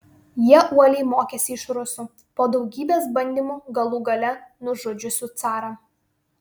jie uoliai mokėsi iš rusų po daugybės bandymų galų gale nužudžiusių carą